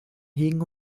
hegen